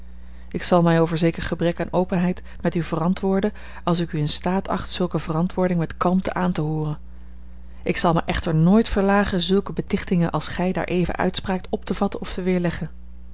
ik zal mij over zeker gebrek aan openheid met u verantwoorden als ik u in staat acht zulke verantwoording met kalmte aan te hooren ik zal mij echter nooit verlagen zulke betichtingen als gij daar even uitspraakt op te vatten of te weerleggen